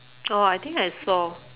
oh I think I saw